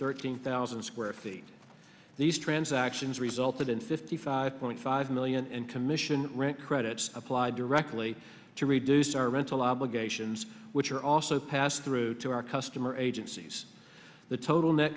thirteen thousand square feet these transactions resulted in fifty five point five million and commission rent credits applied directly to reduce our rental obligations which are also passed through to our customer agencies the total net